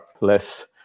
less